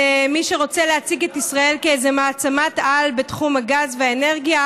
למי שרוצה להציג את ישראל כאיזו מעצמת-על בתחום הגז והאנרגיה.